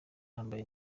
yambaye